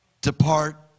Depart